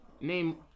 Name